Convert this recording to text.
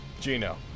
Gino